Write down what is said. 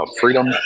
freedom